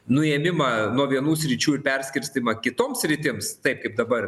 nuėmimą nuo vienų sričių ir perskirstymą kitoms sritims taip kaip dabar